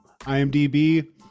IMDB